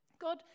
God